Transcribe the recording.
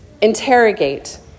interrogate